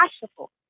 possible